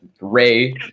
Ray